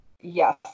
Yes